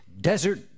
desert